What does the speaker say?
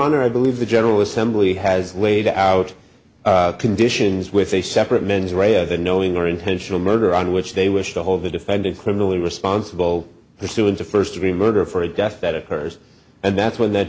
honor i believe the general assembly has laid out conditions with a separate mens rea of the knowing or intentional murder on which they wish to hold the defendant criminally responsible pursuant to first degree murder for a death that occurs and that's when th